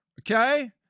Okay